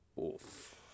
oof